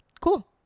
cool